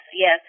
yes